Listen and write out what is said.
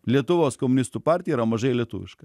lietuvos komunistų partija yra mažai lietuviška